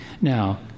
Now